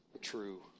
true